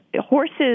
Horses